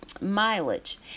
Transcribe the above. mileage